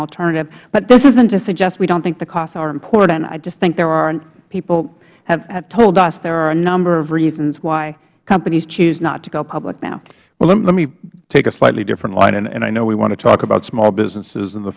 alternative but this isn't to suggest we don't think the costs are important i just think there are people have told us there are a number of reasons why companies choose not to go public now chairman issa let me take a slightly different line and i know we want to talk about small businesses and the